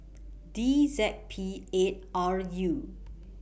D Z P eight R U